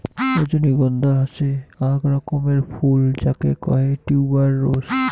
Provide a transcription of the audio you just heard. রজনীগন্ধা হসে আক রকমের ফুল যাকে কহে টিউবার রোস